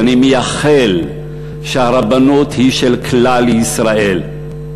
ואני מייחל שהרבנות תהיה של כלל ישראל,